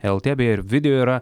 lt beje ir video yra